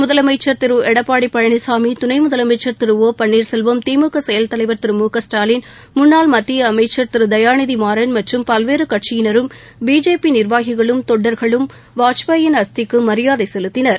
முதலமைச்சர் திரு எடப்பாடி பழனிசாமி துணை முதலமைச்சர் திரு ஒ பன்னீர்செல்வம் திமுக செயல் தலைவர் திரு மு க ஸ்டாலின் முன்னாள் மத்திய அமைச்சர் திரு தயாநிதிமாறன் மற்றும் பல்வேறு கட்சியினரும் பிஜேபி நிர்வாகிகளும் தொண்டர்களும் வாஜ்பாயின் அஸ்திக்கு மரியாதை செலுத்தினர்